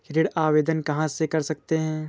ऋण आवेदन कहां से कर सकते हैं?